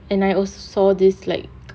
and I also saw this like